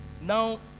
Now